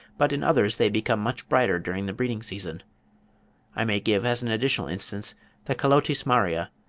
but in others they become much brighter during the breeding-season i may give as an additional instance the calotes maria,